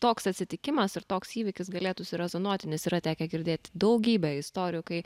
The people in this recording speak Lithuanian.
toks atsitikimas ir toks įvykis galėtų surezonuoti nes yra tekę girdėt daugybę istorijų kai